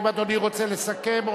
האם אדוני רוצה לסכם,